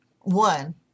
one